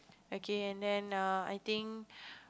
okay and then err I think